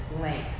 length